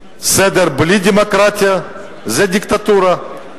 סדר בלי דמוקרטיה זה דיקטטורה.